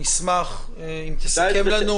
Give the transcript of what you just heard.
נשמח אם תסכם לנו.